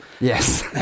Yes